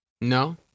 No